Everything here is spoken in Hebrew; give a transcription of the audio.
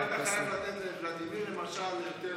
לא היית חייב לתת לוולדימיר יותר דקות.